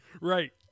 Right